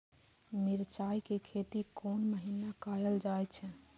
मिरचाय के खेती कोन महीना कायल जाय छै?